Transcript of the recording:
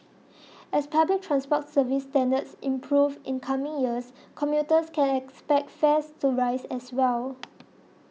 as public transport service standards improve in coming years commuters can expect fares to rise as well